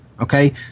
Okay